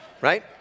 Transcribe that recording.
right